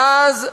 מאז,